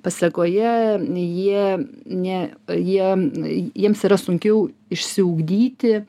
pasekoje jie ne jie jiems yra sunkiau išsiugdyti